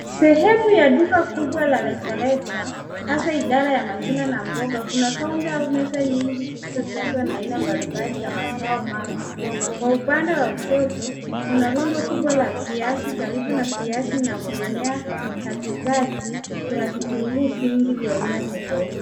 Sehemu ya duka kubwa la rejareja, hasa idara ya matunda na mboga. Kuna counter au meza nyingi zilizojazwa na aina mbalimbali za mazao mapya. Kwa upande wa kushoto , kuna rundo kubwa la viazi karibu na viazi na kuenea katikati kuna vitunguu vingi vya aina tofauti.